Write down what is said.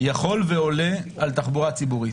ועולה על תחבורה ציבורית.